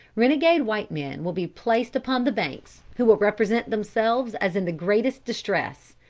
renegade white men will be placed upon the banks, who will represent themselves as in the greatest distress.